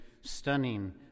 stunning